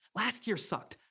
last year sucked.